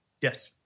yes